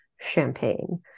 Champagne